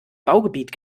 baugebiet